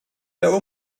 der